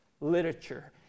literature